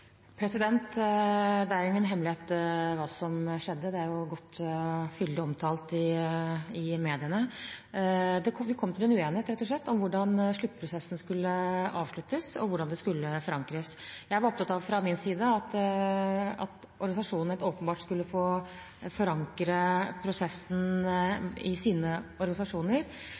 Det er ingen hemmelighet hva som skjedde, det er jo godt og fyldig omtalt i mediene. Vi kom til en uenighet, rett og slett, om hvordan sluttprosessen skulle avsluttes, og hvordan det skulle forankres. Jeg var fra min side opptatt av at organisasjonene helt åpenbart skulle få forankre prosessen i sine organisasjoner,